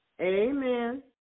Amen